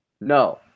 No